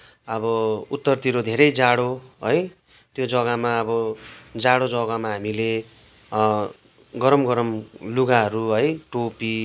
अब उत्तरतिरो धेरै जाडो है त्यो जग्गामा अब जाडो जग्गामा हामीले गरम गरम लुगाहरू है टोपी